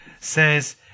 says